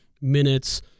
minutes